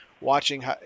watching